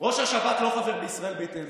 ראש השב"כ לא חבר בישראל ביתנו